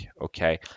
okay